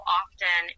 often